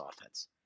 offense